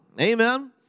Amen